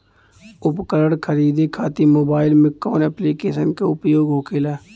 उपकरण खरीदे खाते मोबाइल में कौन ऐप्लिकेशन का उपयोग होखेला?